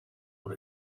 but